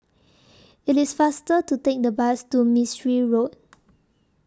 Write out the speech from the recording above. IT IS faster to Take The Bus to Mistri Road